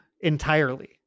entirely